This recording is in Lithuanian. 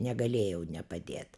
negalėjau nepadėt